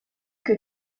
que